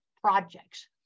projects